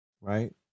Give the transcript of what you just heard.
right